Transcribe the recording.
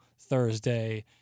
Thursday